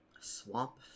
Swamp